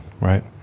right